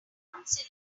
numbers